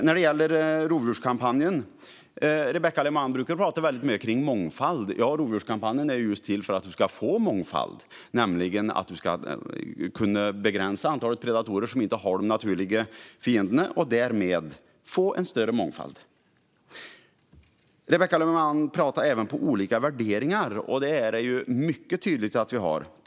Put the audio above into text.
När det gäller Rovdjurskampanjen brukar Rebecka Le Moine tala mycket om mångfald. Rovdjurskampanjen är just till för att man ska kunna begränsa antalet predatorer som inte har naturliga fiender och därmed få en större mångfald. Rebecka Le Moine talade även om olika värderingar, och det är mycket tydligt att vi har olika värderingar.